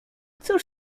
cóż